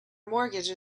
mortgage